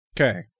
Okay